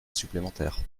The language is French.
supplémentaire